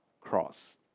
cross